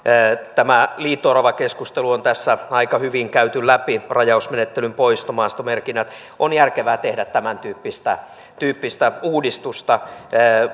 tämä liito oravakeskustelu on tässä aika hyvin käyty läpi rajausmenettelyn poisto maastomerkinnät on järkevää tehdä tämäntyyppistä uudistusta